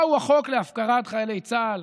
מהו החוק להפקרת חיילי צה"ל,